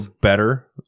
better